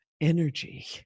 energy